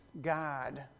God